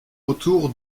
autour